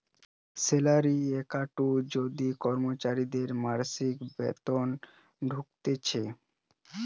salary account যাতে কর্মচারীদের মাসিক বেতন ঢুকতিছে